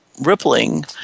rippling